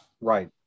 Right